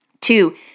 Two